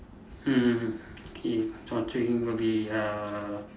mm okay torturing will be err